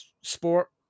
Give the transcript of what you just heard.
sport